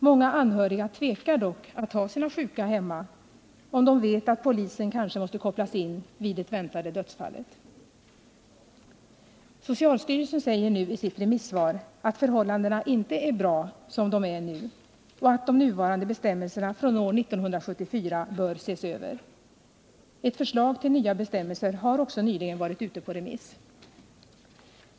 Många anhöriga tvekar dock att ha sina sjuka hemma, om de vet att polisen kanske måste kopplas in vid det väntade dödsfallet. Socialstyrelsen säger nu i sitt remissvar att förhållandena inte är bra som de är nu och att de nuvarande bestämmelserna från år 1974 bör ses över. Ett förslag till nya bestämmelser har också nyligen varit ute på remiss.